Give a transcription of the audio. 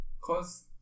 Cause